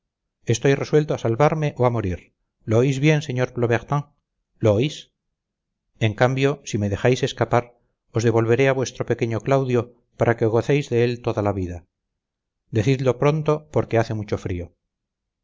estoy resuelto a salvarme o a morir lo oís bien sr plobertin lo oís en cambio si me dejáis escapar os devolveré a vuestro pequeño claudio para que gocéis de él toda la vida decidlo pronto porque hace mucho frío